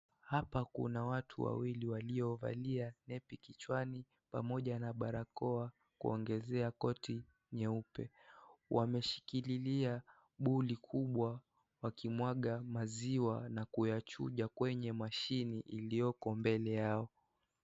Hapa kuna watu wawili, waliovalia debe kichwani pamoja na barakoa kuongezea koti nyeupe. Wameshikilia buli kubwa wakimwaga maziwa na kuyachuja kwenye mashine iliyoko mbele yao.